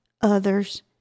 others